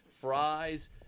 fries